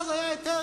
אז היה היתר,